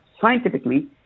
scientifically